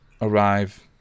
arrive